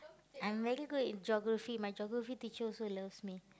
I'm very good in geography my geography teacher also loves me